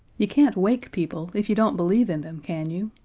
you can't wake people if you don't believe in them, can you?